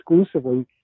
exclusively